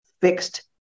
fixed